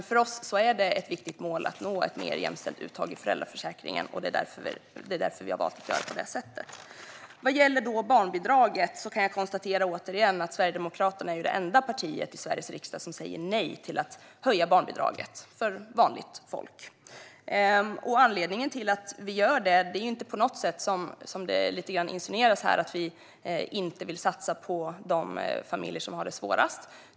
För oss är det dock ett viktigt mål att nå ett mer jämställt uttag i föräldraförsäkringen, och det är därför vi har valt att göra på det sättet. Vad gäller barnbidraget kan jag återigen konstatera att Sverigedemokraterna är det enda partiet i Sveriges riksdag som säger nej till att höja barnbidraget för vanligt folk. Anledningen till att vi höjer barnbidraget är inte på något sätt, vilket lite grann insinueras här, att vi inte vill satsa på de familjer som har det svårast.